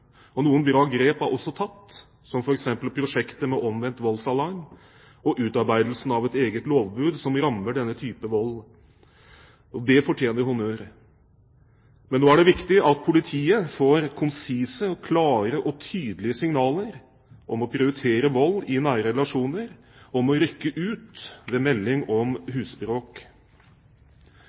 Noen bra grep er også tatt, som f.eks. prosjektet med omvendt voldsalarm og utarbeidelsen av et eget lovbud som rammer denne typen vold. Det fortjener honnør. Nå er det viktig at politiet får konsise, klare og tydelige signaler om å prioritere vold i nære relasjoner og om å rykke ut ved melding om